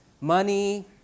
Money